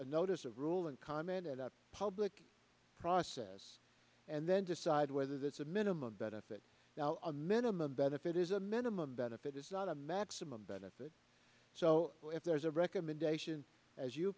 a notice of rule and commented that public process and then decide whether that's a minimum benefit now a minimum benefit is a minimum benefit is not a maximum benefit so if there's a recommendation as you